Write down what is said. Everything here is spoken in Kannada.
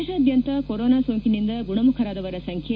ದೇಶಾದ್ಯಂತ ಕೊರೋನಾ ಸೋಂಕಿನಿಂದ ಗುಣಮುಖರಾದವರ ಸಂಖ್ಯೆ